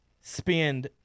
Spend